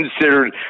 considered